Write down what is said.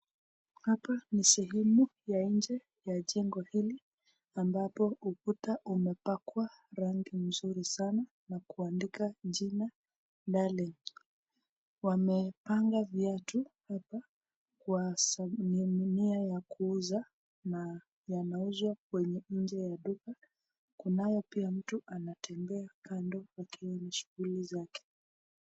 hapa ni sehemu ya nje ya jengo hili ambapo upande umepakwa rangi nzuri sana na kuandika jina Dadi wamepanga viatu hapa kwa ajili ya kuuza na yanauzwa kwenye nje ya duka kunayo pia mtu anatembea kando akiwa na shughuli zake